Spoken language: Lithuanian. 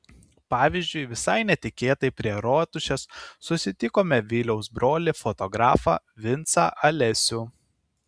pavyzdžiui visai netikėtai prie rotušės susitikome viliaus brolį fotografą vincą alesių